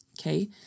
okay